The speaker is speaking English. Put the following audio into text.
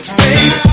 baby